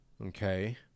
Okay